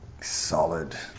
solid